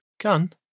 Gun